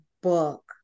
book